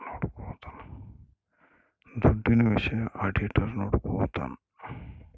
ದುಡ್ಡಿನ ವಿಷಯ ಆಡಿಟರ್ ನೋಡ್ಕೊತನ